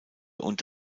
und